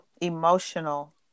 emotional